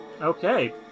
Okay